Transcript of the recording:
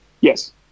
Yes